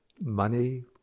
money